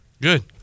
good